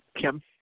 Kim